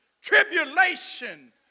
tribulation